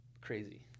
crazy